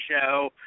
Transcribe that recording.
show